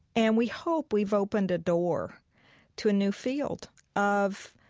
and we hope we've opened a door to a new field of